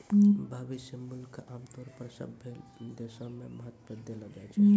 भविष्य मूल्य क आमतौर पर सभ्भे देशो म महत्व देलो जाय छै